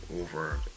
over